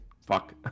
Fuck